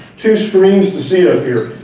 two screens to see up here,